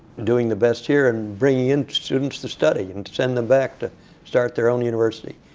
doing the best here, and bringing in students to study, and send them back to start their own university.